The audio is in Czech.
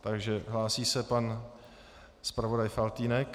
Takže hlásí se pan zpravodaj Faltýnek.